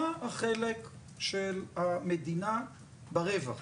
מה החלק של המדינה ברווח?